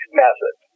method